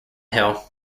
hill